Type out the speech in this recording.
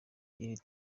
iri